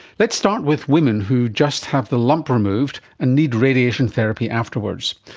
let's start with women who just have the lump removed and need radiation therapy afterwards.